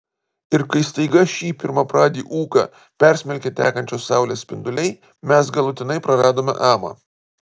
ir kai staiga šį pirmapradį ūką persmelkė tekančios saulės spinduliai mes galutinai praradome amą